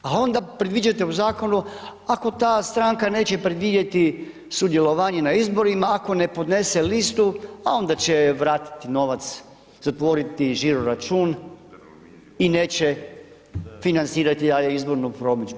A onda predviđate u zakonu, ako ta stranka neće predvidjeti sudjelovanje na izborima, ako ne podnese listu, a onda će vratiti novac, zatvoriti žiro račun i neće financirati izbornu promidžbu.